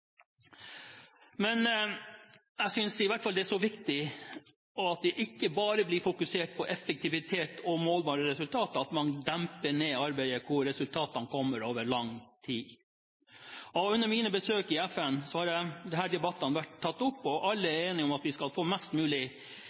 Men det er også viktig at det ikke bare blir fokusert på effektivitet og målbare resultater, at man da reduserer arbeidet på områder hvor resultatene kommer etter lang tid. Under mine besøk i FN har dette blitt tatt opp til debatt, og alle er enige om at vi skal få mest mulig